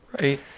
right